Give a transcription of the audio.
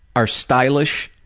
are stylish.